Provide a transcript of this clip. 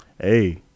Hey